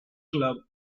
club